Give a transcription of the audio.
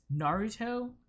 Naruto